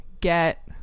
get